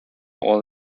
all